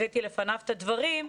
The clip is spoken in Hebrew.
הבאתי לפניו את הדברים.